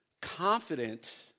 confident